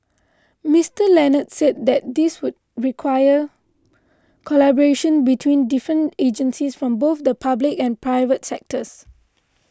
Mister Leonard said this would require collaboration between different agencies from both the public and private sectors